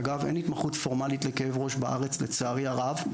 אגב אין התמחות פורמלית לכאבי ראש בארץ לצערי הרב.